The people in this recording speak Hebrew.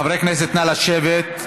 חברי הכנסת, נא לשבת.